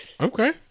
Okay